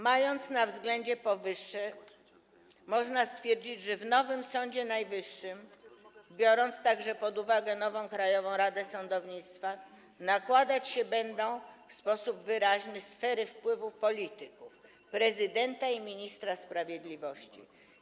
Mając na względzie powyższe, można stwierdzić, że w nowym Sądzie Najwyższym, biorąc także pod uwagę nową Krajową Radę Sądownictwa, nakładać się będą w sposób wyraźny sfery wpływu polityków, prezydenta i ministra sprawiedliwości.